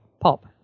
POP